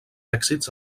èxits